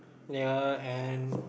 ya and